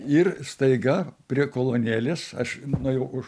ir staiga prie kolonėlės aš nuėjau už